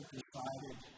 decided